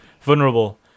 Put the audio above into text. Vulnerable